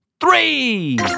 Three